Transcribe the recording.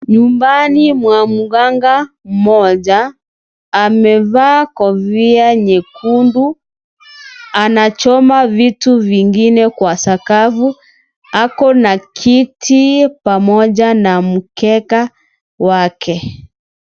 Nyumbani mwa mganga mmoja amevaa kofia nyekundu anachoma vitu vingine kwa sakafu ako na kiti pamoja na mkeka wake.